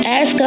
Ask